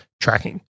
tracking